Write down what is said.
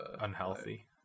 unhealthy